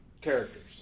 characters